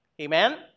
Amen